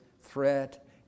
threat